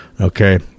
okay